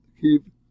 keep